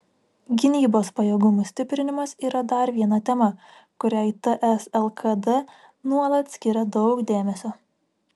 gynybos pajėgumų stiprinimas yra dar viena tema kuriai ts lkd nuolat skiria daug dėmesio